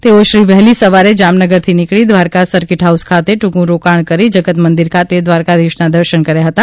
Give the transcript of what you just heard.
તેઓશ્રી વહેલી સવારે જામનગરથી નિકળી દ્વારકા સરકીટ હાઉસ ખાતે ટુંકું રોકાણ કરી જગતમંદિર ખાતે દ્વારકાધિશના દર્શન કર્યા હતા